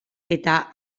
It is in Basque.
eta